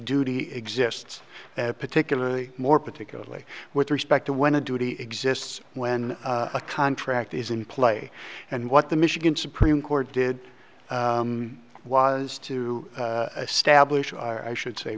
duty exists particularly more particularly with respect to when a duty exists when a contract is in play and what the michigan supreme court did was to establish i should say